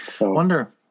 wonder